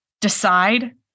Decide